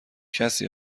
کسی